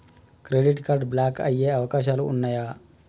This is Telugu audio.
క్రెడిట్ కార్డ్ బ్లాక్ అయ్యే అవకాశాలు ఉన్నయా?